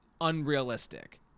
unrealistic